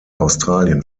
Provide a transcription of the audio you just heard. australien